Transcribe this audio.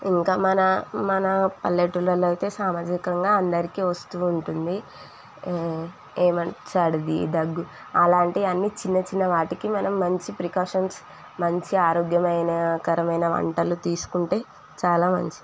ఇంకా మన మన పల్లెటూళ్ళలో అయితే సామాజికంగా అందరికి వస్తూ ఉంటుంది ఏమంటా సర్ది దగ్గు అలాంటి అన్ని చిన్న చిన్న వాటికి మనం మంచి ప్రికాషన్స్ మంచి ఆరోగ్యమైన కరమైన వంటలు తీసుకుంటే చాలా మంచిది